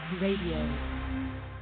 radio